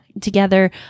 together